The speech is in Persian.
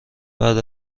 بعد